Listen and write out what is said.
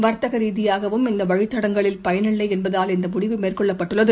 வர்ததகரீதியாகவும் இந்தவழித் தடங்களில் பயனில்லைஎன்பதால் இந்தமுடிவு மேற்கொள்ளப்பட்டுள்ளது